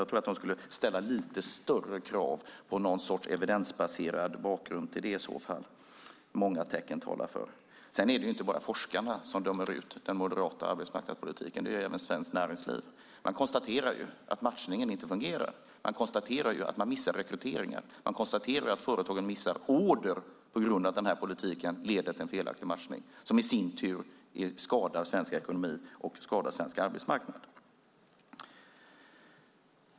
Jag tror att de skulle ställa lite större krav på någon sorts evidensbaserad bakgrund än att "många tecken talar för". Det är inte bara forskarna som dömer ut den moderata arbetsmarknadspolitiken. Det gör även Svenskt Näringsliv. De konstaterar att matchningen inte fungerar. De konstaterar att man missar rekryteringar. De konstaterar att företagen missar order på grund av att den här politiken leder till en felaktig matchning, som i sin tur skadar svensk ekonomi och skadar svensk arbetsmarknad.